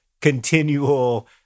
continual